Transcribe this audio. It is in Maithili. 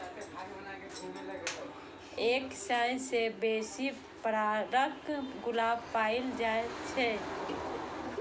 एक सय सं बेसी प्रकारक गुलाब पाएल जाए छै